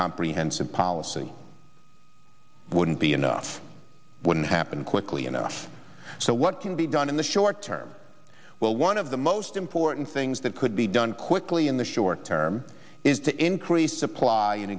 comprehensive policy wouldn't be enough wouldn't happen quickly enough so what can be done in the short term well one of the most important things that could be done quickly in the short term is to increase supply